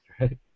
right